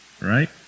right